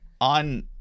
on